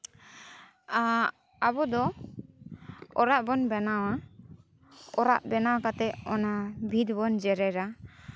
ᱟᱵᱚ ᱫᱚ ᱚᱲᱟᱜ ᱵᱚᱱ ᱵᱮᱱᱟᱣᱟ ᱚᱲᱟᱜ ᱵᱮᱱᱟᱣ ᱠᱟᱛᱮᱫ ᱚᱱᱟ ᱵᱷᱤᱛ ᱵᱚᱱ ᱡᱮᱨᱮᱲᱟ